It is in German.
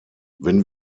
wenn